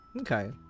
Okay